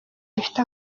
bifite